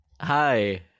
Hi